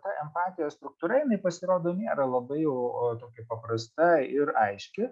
ta empatijos struktūra jinai pasirodo nėra labai tokia paprasta ir aiški